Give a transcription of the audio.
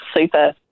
super